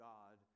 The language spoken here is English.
God